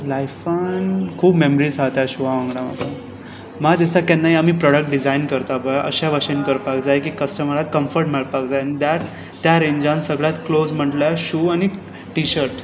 लायफांत खूब मॅमरीज हा त्या शुआ वांगडा म्हाका म्हाका दिसता केन्नाय आमी प्रॉडक्ट डिझायन करता पळय अश्या भाशेन करपाक जाय की कस्टमराक कम्फट मेळपाक जाय ईन दॅट त्या रेंजान सगळेंच क्लोज म्हणल्यार शू आनी टिशर्ट